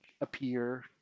appear